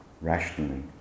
rationally